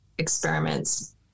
Experiments